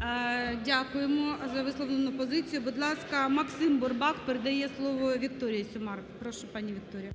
ГОЛОВУЮЧИЙ. Дякуємо за висловлену позицію. Будь ласка, Максим Бурбак. Передає слово Вікторії Сюмар. Прошу, пані Вікторія.